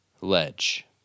ledge